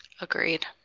agreed